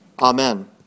Amen